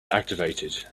activated